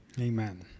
Amen